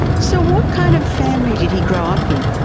so what kind of family did he grow up in?